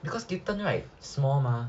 because kitten right small mah